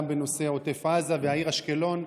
גם בנושא עוטף עזה והעיר אשקלון,